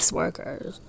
workers